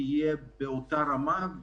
תהיה באותה רמה,